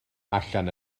allan